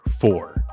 four